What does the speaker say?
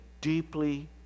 deeply